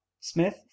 Smith